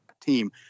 team